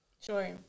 Sure